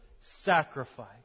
sacrifice